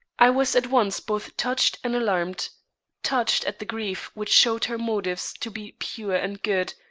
i was at once both touched and alarmed touched at the grief which showed her motives to be pure and good,